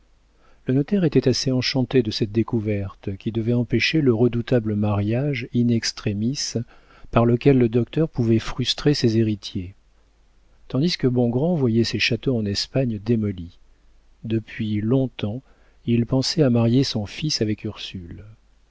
le notaire était assez enchanté de cette découverte qui devait empêcher le redoutable mariage in extremis par lequel le docteur pouvait frustrer ses héritiers tandis que bongrand voyait ses châteaux en espagne démolis depuis long-temps il pensait à marier son fils avec ursule